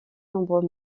nombreux